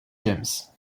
james